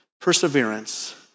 perseverance